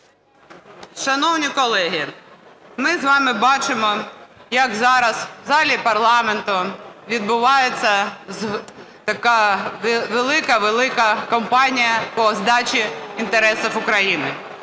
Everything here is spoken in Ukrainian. Шановні колеги, ми з вами бачимо, як зараз у залі парламенту відбувається така велика-велика компанія по здачі інтересів України.